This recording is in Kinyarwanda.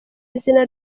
izina